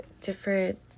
different